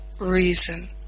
reason